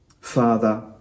Father